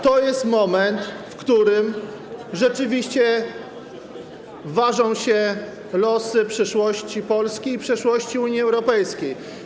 To jest moment, w którym rzeczywiście ważą się losy przyszłości Polski i przyszłości Unii Europejskiej.